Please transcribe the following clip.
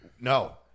no